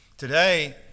Today